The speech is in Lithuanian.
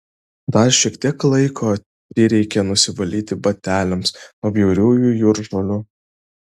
dar šiek tiek laiko prireikė nusivalyti bateliams nuo bjauriųjų jūržolių